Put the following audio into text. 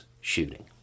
shooting